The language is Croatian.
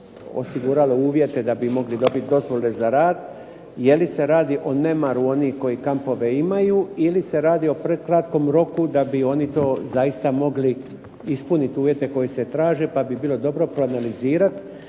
osiguralo uvjete da bi mogli dobiti dozvole za rad, jeli se radi o nemaru onih koji kampove imaju ili se radi o prekratkom roku da bi oni mogli ispuniti uvjete koji se traže, pa bi bilo dobro proanalizirati.